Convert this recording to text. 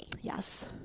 Yes